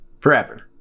Forever